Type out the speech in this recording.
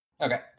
Okay